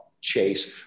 chase